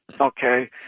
Okay